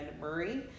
Murray